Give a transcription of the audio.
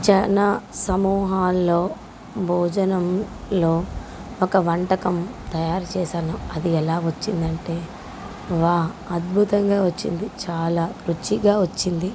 జన సమూహాల్లో భోజనంలో ఒక వంటకం తయారు చేసాను అది ఎలా వచ్చిందంటే వా అద్భుతంగా వచ్చింది చాలా రుచిగా వచ్చింది